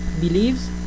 believes